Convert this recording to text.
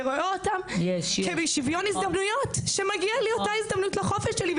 שרואה אותן כשוויון הזדמנויות שמגיע לי אותה הזדמנות לחופש שלי,